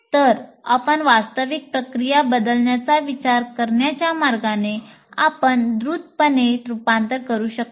तर आपण वास्तविक प्रक्रिया बदलण्याचा विचार करण्याच्या मार्गाने आपण द्रुतपणे रुपांतर करू शकता